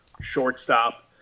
shortstop